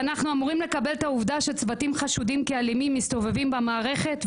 אנחנו אמורים לקבל את העובדה שצוותים שחשודים כאלימים מסתובבים במערכת?